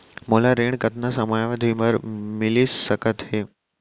मोला ऋण कतना समयावधि भर मिलिस सकत हे?